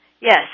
Yes